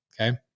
okay